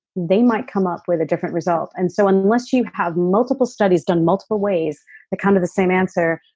they might come up with a different result, and so unless you have multiple studies done multiple ways to kind of the same answer,